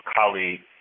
colleague